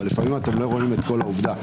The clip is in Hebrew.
אבל לפעמים אתם לא רואים את כל העובדה.